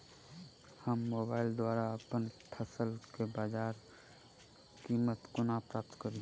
हम मोबाइल द्वारा अप्पन फसल केँ बजार कीमत कोना प्राप्त कड़ी?